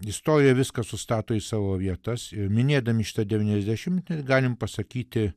istoriją viską sustato į savo vietas ir minėdami šitą devinyasdešimtmetį galim pasakyti